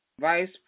vice